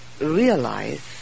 realize